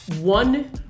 One